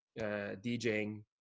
djing